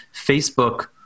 Facebook